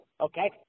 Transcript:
okay